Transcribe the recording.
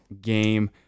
game